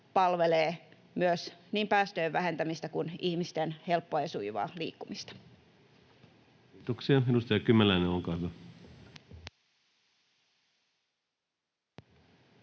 palvelee myös niin päästöjen vähentämistä kuin ihmisten helppoa ja sujuvaa liikkumista. Kiitoksia. — Edustaja Kymäläinen, olkaa hyvä. Arvoisa